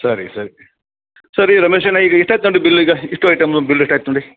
ಸರಿ ಸರಿ ಸರಿ ರಮೇಶಣ್ಣ ಈಗ ಎಷ್ಟಾಯ್ತು ನೋಡಿ ಬಿಲ್ ಈಗ ಇಷ್ಟೂ ಐಟಮ್ದು ಬಿಲ್ ಎಷ್ಟಾಯ್ತು ನೋಡಿ